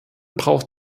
braucht